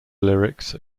lyrics